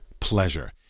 pleasure